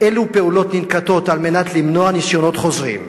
אילו פעולות ננקטות על מנת למנוע ניסיונות חוזרים?